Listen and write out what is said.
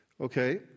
okay